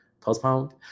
postponed